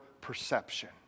perception